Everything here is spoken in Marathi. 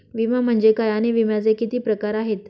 विमा म्हणजे काय आणि विम्याचे किती प्रकार आहेत?